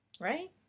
right